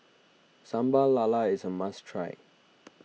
Sambal Lala is a must try